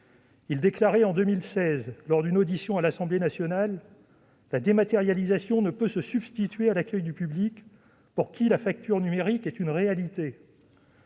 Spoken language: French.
Il déclarait en 2016, lors d'une audition à l'Assemblée nationale :« La dématérialisation ne peut se substituer à l'accueil de public pour qui la fracture numérique est une réalité ».